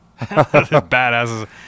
Badasses